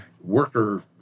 worker